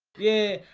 yeah,